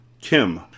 Kim